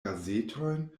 gazetojn